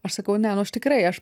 aš sakau ne nu aš tikrai aš